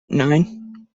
nine